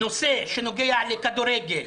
נושא שנוגע לכדורגל,